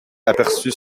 aperçut